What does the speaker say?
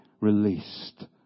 released